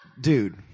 dude